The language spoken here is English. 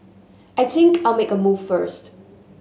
I think I'll make a move first